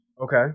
Okay